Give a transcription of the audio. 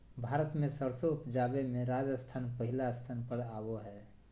भारत मे सरसों उपजावे मे राजस्थान पहिल स्थान पर आवो हय